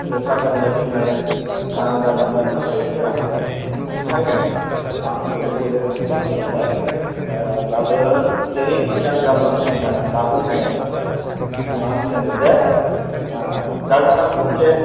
गोथार गान्नाय जोमनाय दा आं गानलांनो थाखाय गैया ओंखायनो आं गले गले रेकुइस्ट खालामबाय ओह गाबोन जेरैखि जाया आं गानलांनो मोन्नाय दाहै नोङो सु सुनानै दोन्दो दे ओह जागोनना अके